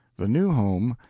the new home,